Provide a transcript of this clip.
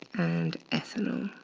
and ethanol.